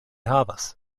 havas